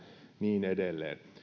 niin edelleen